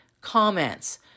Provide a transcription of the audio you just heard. comments